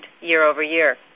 year-over-year